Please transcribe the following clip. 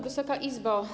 Wysoka Izbo!